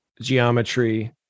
geometry